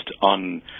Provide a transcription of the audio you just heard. on